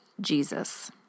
Jesus